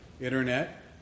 internet